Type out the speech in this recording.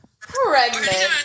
pregnant